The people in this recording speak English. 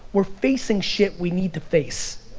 we're facing shit we need to face.